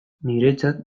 niretzat